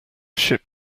ship